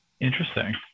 Interesting